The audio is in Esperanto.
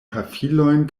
pafilojn